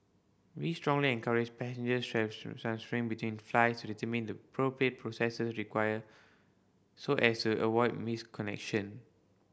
we strongly encourage passengers between flights to determine the appropriate processes required so as to avoid missed connection